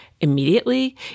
immediately